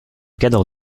cadre